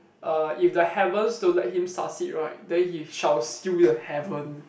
uh if the heavens don't let him succeed right then he shall seal the heaven